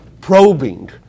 probing